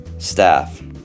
staff